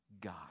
God